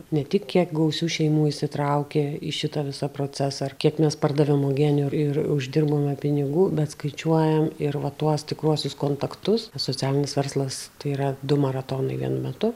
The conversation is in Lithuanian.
ne tik kiek gausių šeimų įsitraukė į šitą visą procesą ar kiek mes pardavėme uogienių ir uždirbome pinigų bet skaičiuojam ir va tuos tikruosius kontaktus socialinis verslas tai yra du maratonai vienu metu